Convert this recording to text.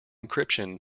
encryption